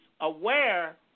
aware